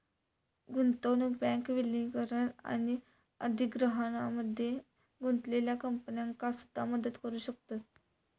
गुंतवणूक बँक विलीनीकरण आणि अधिग्रहणामध्ये गुंतलेल्या कंपन्यांका सुद्धा मदत करू शकतत